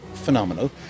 phenomenal